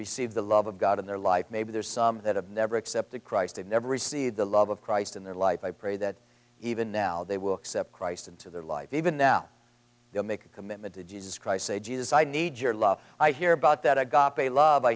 receive the love of god in their life maybe there's some that have never accepted christ and never received the love of christ in their life i pray that even now they will accept christ into their life even now they'll make a commitment to jesus christ jesus i need your love i hear about that i've got a love i